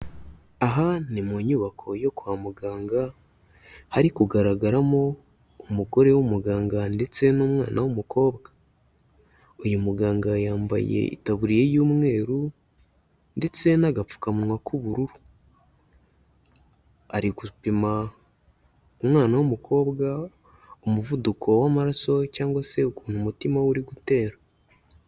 Aha ni mu nyubako yo kwa muganga hari kugaragaramo umugore w'umuganga ndetse n'umwana w'umukobwa. Uyu muganga yambaye itaburiya y'umweru ndetse n'agapfukamunwa k'ubururu. Ari gupima umwana w'umukobwa umuvuduko w'amaraso cyangwa se ukuntu umutima we uri gutera.